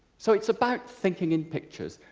so it's about thinking in pictures.